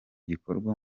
gikorwa